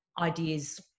ideas